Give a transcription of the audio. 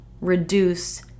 reduce